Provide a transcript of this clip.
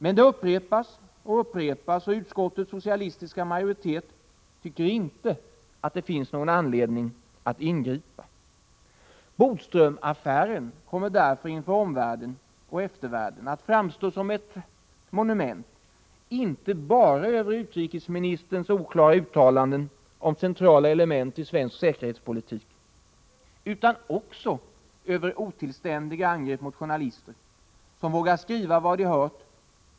Men det upprepas gång på gång, och utskottets socialistiska majoritet tycker inte att det finns anledning att ingripa. Bodströmaffären kommer därför för omvärlden och eftervärlden att framstå som ett monument inte bara över en utrikesministers oklara uttalanden om centrala element i svensk säkerhetspolitik, utan också över otillständiga angrepp mot journalister som vågar skriva vad de hört.